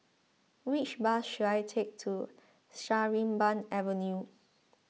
which bus should I take to Sarimbun Avenue